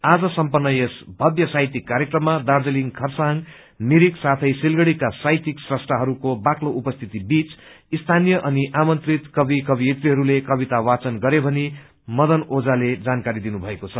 आज सम्पन्न यस भव्य साहित्यिक कार्यक्रममा दार्जीलिङ खरसाङ मिरिक साथै सिलगढ़ीका साहित्यिक स्रष्टाहरूको बाक्लो उपस्थिति बीच स्थानीय अनि आमन्त्रित कवि कवयित्रीहरूले कविता वाचन गरे भनी मदन ओझाले जानकारी दिनुभएको छ